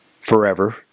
forever